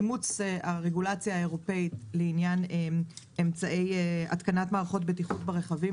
אימוץ הרגולציה האירופאית לעניין אמצעי התקנת מערכות בטיחות ברכבים,